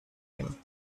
him